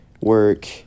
work